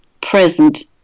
present